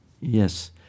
Yes